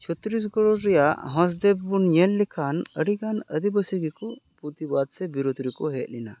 ᱪᱷᱚᱛᱨᱤᱥᱜᱚᱲ ᱨᱮᱭᱟᱜ ᱦᱟᱸᱥᱫᱮᱵ ᱵᱚᱱ ᱧᱮᱞ ᱞᱮᱠᱷᱟᱱ ᱟᱹᱰᱤ ᱜᱟᱱ ᱟᱹᱫᱤᱵᱟᱹᱥᱤ ᱜᱮᱠᱚ ᱯᱚᱛᱤᱵᱟᱫ ᱥᱮ ᱵᱤᱨᱳᱫ ᱨᱮᱠᱚ ᱦᱮᱡ ᱞᱮᱱᱟ